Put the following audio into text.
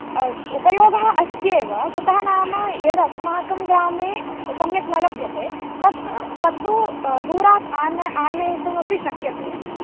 उपयोगः अस्त्येव कुतः नाम एव अस्माकं ग्रामे सम्यक् न लभ्यते तत् तत्तु दूरात् आन आनयितुमपि शक्यते